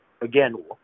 Again